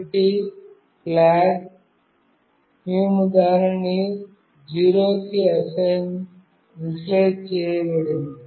ఒకటి ఫ్లాగ్ మేము దానిని 0 కి initialize చేయబడింది